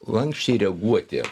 lanksčiai reaguoti